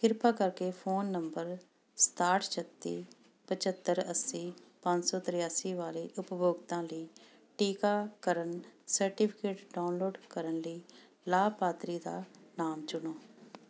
ਕਿਰਪਾ ਕਰਕੇ phone number ਸਤਾਹਠ ਛੱਤੀ ਪਚੱਤਰ ਅੱਸੀ ਪੰਜ ਸੌ ਤਰਿਆਸੀ ਵਾਲੇ ਉਪਭੋਗਤਾ ਲਈ ਟੀਕਾਕਰਨ ਸਰਟੀਫਿਕੇਟ ਡਾਊਨਲੋਡ ਕਰਨ ਲਈ ਲਾਭਪਾਤਰੀ ਦਾ ਨਾਮ ਚੁਣੋ